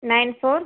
nine four